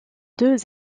deux